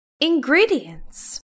Ingredients